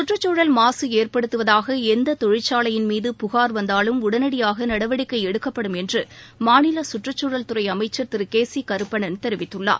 சுற்றுச்சூழல் மாசு ஏற்படுத்துவதாக எந்த தொழிற்சாலையின் மீது புகார் வந்தாலும் உடனடியாக நடவடிக்கை எடுக்கப்படும் என்று மாநில கற்றுக்குழல் துறை அமைச்சர் திரு கே சி கருப்பணன் தெரிவித்துள்ளார்